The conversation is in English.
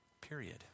Period